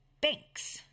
banks